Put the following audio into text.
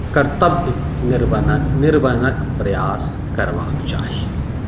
कर्तव्य निर्वहनक निर्वहनक प्रयास करबाक चाही